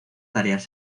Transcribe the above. tareas